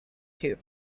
tube